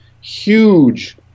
huge